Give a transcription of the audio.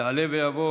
תודה.